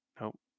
Nope